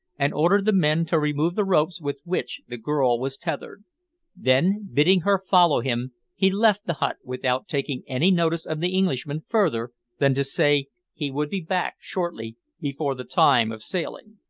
and ordered the men to remove the ropes with which the girl was tethered then bidding her follow him he left the hut without taking any notice of the englishmen further than to say he would be back shortly before the time of sailing.